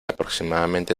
aproximadamente